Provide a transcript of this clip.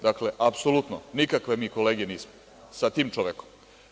Dakle, apsolutno nikakve mi kolege nismo sa tim čovekom.